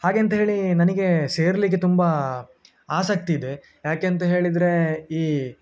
ಹಾಗಂತ ಹೇಳಿ ನನಗೆ ಸೇರಲಿಕ್ಕೆ ತುಂಬ ಆಸಕ್ತಿ ಇದೆ ಯಾಕಂತ ಹೇಳಿದರೆ ಈ